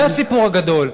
זה הסיפור הגדול.